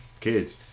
kids